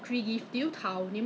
but I